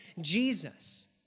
Jesus